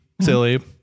silly